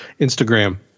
Instagram